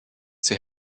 zur